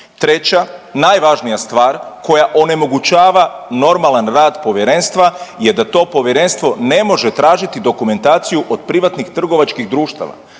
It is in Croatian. Treća, najvažnija stvar koja onemogućava normalan rad povjerenstva je da to povjerenstvo ne može tražiti dokumentaciju od privatnih trgovačkih društava,